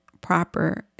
proper